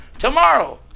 tomorrow